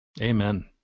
Amen